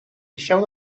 liceu